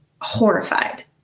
horrified